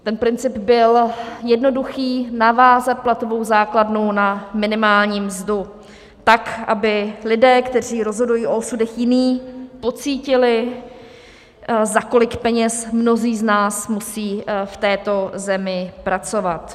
Ten princip byl jednoduchý, navázat platovou základnu na minimální mzdu tak, aby lidé, kteří rozhodují o osudech jiných, pocítili, za kolik peněz mnozí z nás musí v této zemi pracovat.